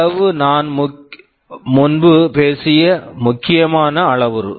அளவு நான் முன்பு பேசிய முக்கியமான அளவுரு